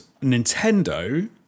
Nintendo